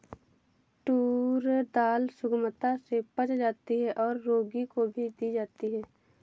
tour दाल सुगमता से पच जाती है और रोगी को भी दी जाती है